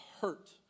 hurt